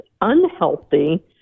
unhealthy